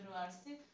university